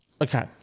Okay